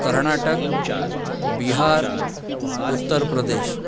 Karnataka Bihar Uttar Pradesh